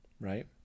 right